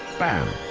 bam!